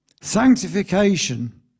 sanctification